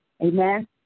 Amen